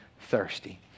thirsty